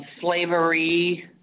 Slavery